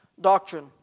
doctrine